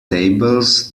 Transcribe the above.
tables